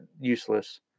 useless